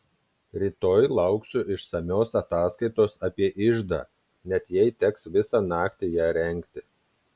rytoj lauksiu išsamios ataskaitos apie iždą net jei teks visą naktį ją rengti